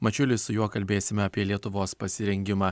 mačiulis su juo kalbėsime apie lietuvos pasirengimą